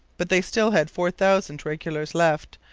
but they still had four thousand regulars left,